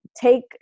take